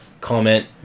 comment